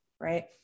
right